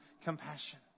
compassion